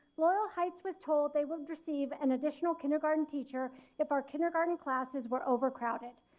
loyal heights was told they would receive an additional kindergarten teacher if our kindergarten classes were overcrowded.